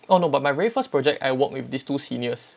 orh no but my very first project I worked with these two seniors